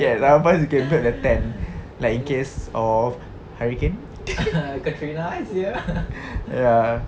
yes how fast you can build the tent like in case of hurricane ya